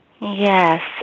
Yes